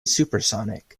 supersonic